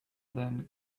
than